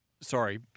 Sorry